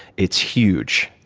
it's huge.